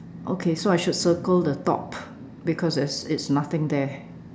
okay so I should circle the top because there it's nothing there